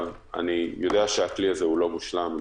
אני יודע שהכלי הזה לא מושלם,